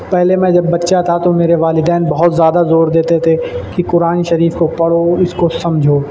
پہلے میں جب بچہ تھا تو میرے والدین بہت زیادہ زور دیتے تھے کہ قرآن شریف کو پڑھو اس کو سمجھو